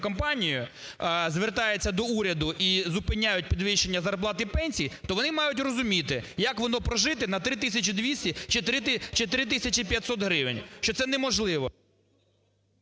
компанію, звертається до уряду і зупиняють підвищення зарплат і пенсій, то вони мають розуміти, як воно прожити на 3 тисячі 200 чи 3 тисячі 500 гривень. Що це неможливо.